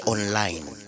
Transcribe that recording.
Online